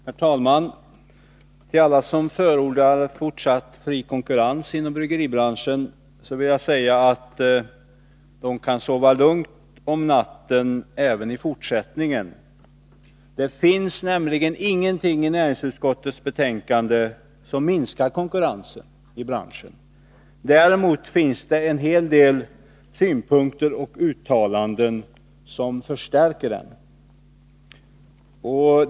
Herr talman! Till alla som förordar fortsatt fri konkurrens inom bryggeribranschen vill jag säga att de kan sova lugnt om natten även i fortsättningen. Det finns nämligen ingenting i näringsutskottets betänkande som minskar konkurrensen i branschen. Däremot finns det en hel del synpunkter och uttalanden som förstärker den.